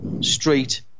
street